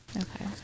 Okay